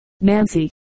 Nancy